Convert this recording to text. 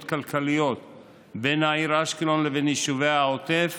כלכליות בין העיר אשקלון לבין יישובי העוטף